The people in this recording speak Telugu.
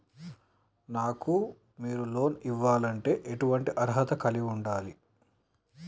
నాకు మీరు లోన్ ఇవ్వాలంటే ఎటువంటి అర్హత కలిగి వుండాలే?